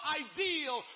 ideal